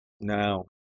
now